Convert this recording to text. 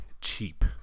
cheap